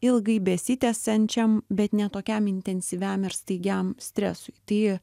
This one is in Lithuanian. ilgai besitęsiančiam bet ne tokiam intensyviam ir staigiam stresui tai